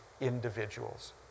individuals